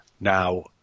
now